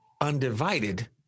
undivided